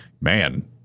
Man